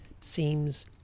seems